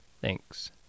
Thanks